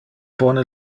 pone